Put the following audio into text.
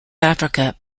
africa